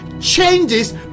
changes